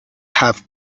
have